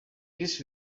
this